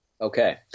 Okay